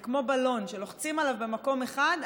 זה כמו בלון שלוחצים עליו במקום אחד,